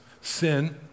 sin